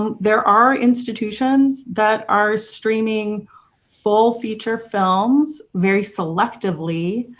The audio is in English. there are institutions that are streaming full feature films very selectively